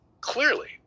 clearly